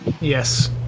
Yes